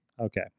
Okay